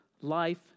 life